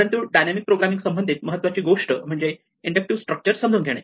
परंतु dynamic programming संबंधित महत्त्वाची गोष्ट म्हणजे इंडक्टिव्ह स्ट्रक्चर समजून घेणे